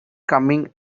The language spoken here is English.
coming